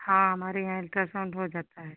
हाँ हमारे यहाँ अल्ट्रासाउंड हो जाता है